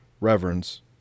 reverence